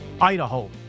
Idaho